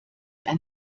ein